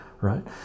right